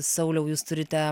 sauliau jūs turite